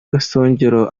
gasongero